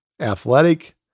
athletic